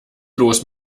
los